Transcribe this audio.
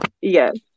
Yes